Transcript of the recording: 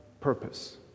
purpose